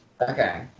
okay